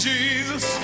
Jesus